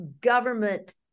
government